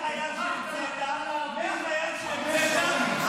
התשפ"ד 2024,